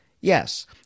Yes